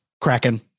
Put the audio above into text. Kraken